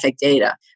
data